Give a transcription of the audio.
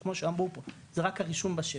כמו שאמרו פה זה רק הרישום בשבט,